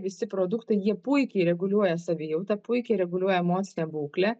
visi produktai jie puikiai reguliuoja savijautą puikiai reguliuoja emocinę būklę